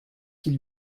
qu’il